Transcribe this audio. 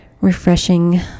refreshing